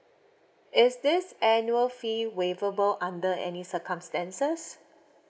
is this annual fee waiverable under any circumstances